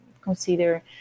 consider